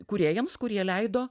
kūrėjams kurie leido